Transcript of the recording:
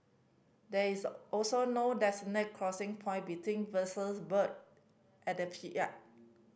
there is also no designated crossing point between vessels berthed at the pi yard